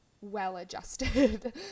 well-adjusted